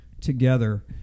together